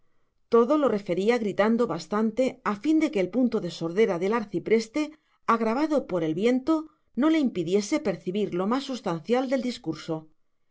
todo lo refería gritando bastante a fin de que el punto de sordera del arcipreste agravado por el viento no le impidiese percibir lo más sustancial del discurso